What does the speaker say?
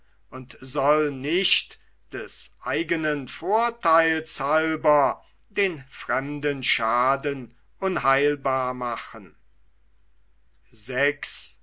und soll nicht des eigenen vortheils halber den fremden schaden unheilbar machen